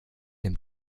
dem